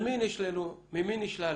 ממי נשלל